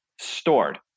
stored